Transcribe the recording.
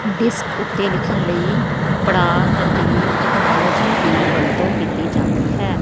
disc ਉੱਤੇ ਲਿਖਣ ਲਈ ਪੜਾਅ ਤਬਦੀਲੀ ਤਕਨਾਲੋਜੀ ਦੀ ਵਰਤੋਂ ਕੀਤੀ ਜਾਂਦੀ ਹੈ